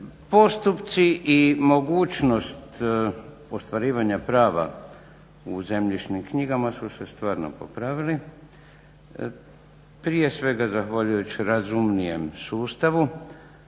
postupci i mogućnost ostvarivanja prava u zemljišnim knjigama su se stvarno popravili, prije svega zahvaljujući razumnijem sustavu,